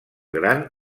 gran